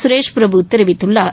சுரேஷ் பிரபு தெரிவித்துள்ளார்